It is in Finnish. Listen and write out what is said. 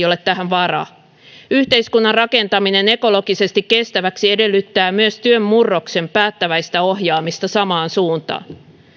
ole tähän varaa yhteiskunnan rakentaminen ekologisesti kestäväksi edellyttää myös työn murroksen päättäväistä ohjaamista samaan suuntaan